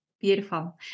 Beautiful